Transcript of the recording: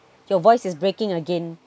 your voice is breaking again